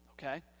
Okay